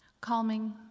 Calming